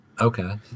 Okay